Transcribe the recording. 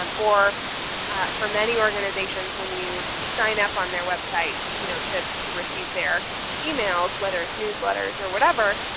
um or for many organizations, when you sign up on their website you know to to receive their emails, whether it's newsletters or whatever,